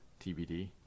tbd